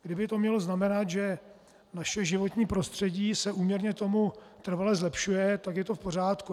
Kyby to mělo znamenat, že naše životní prostředí se úměrně tomu trvale zlepšuje, tak je to v pořádku.